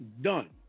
done